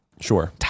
sure